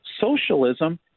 socialism